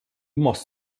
machst